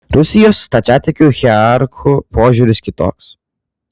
rusijos stačiatikių hierarchų požiūris kitoks